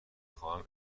خواهم